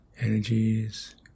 energies